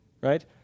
right